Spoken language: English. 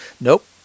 Nope